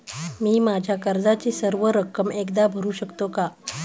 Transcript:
मी माझ्या कर्जाची सर्व रक्कम एकदा भरू शकतो का?